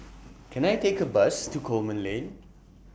Can I Take A Bus to Coleman Lane